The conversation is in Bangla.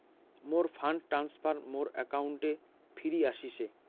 মোর ফান্ড ট্রান্সফার মোর অ্যাকাউন্টে ফিরি আশিসে